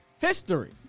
history